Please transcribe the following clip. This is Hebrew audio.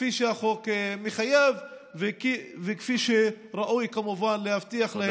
כפי שהחוק מחייב וכפי שראוי כמובן להבטיח להם,